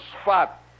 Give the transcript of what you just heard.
spot